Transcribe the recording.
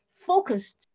focused